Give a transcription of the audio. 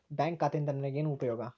Bank ಖಾತೆಯಿಂದ ನನಗೆ ಏನು ಉಪಯೋಗ?